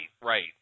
right